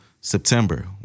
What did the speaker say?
September